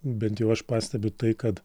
bent jau aš pastebiu tai kad